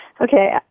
Okay